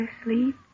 asleep